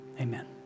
Amen